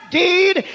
deed